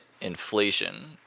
inflation